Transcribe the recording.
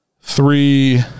three